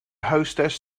hostess